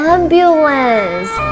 Ambulance